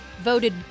voted